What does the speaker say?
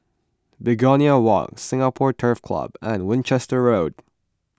Begonia Walk Singapore Turf Club and Winchester Road